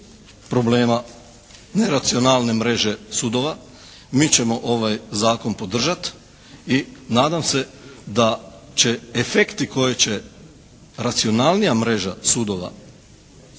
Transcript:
problema neracionalne mreže sudova. Mi ćemo ovaj zakon podržati i nadam se da će efekti koje će racionalnija mreža sudova